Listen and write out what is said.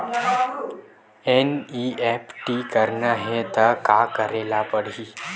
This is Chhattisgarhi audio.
एन.ई.एफ.टी करना हे त का करे ल पड़हि?